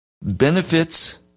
Benefits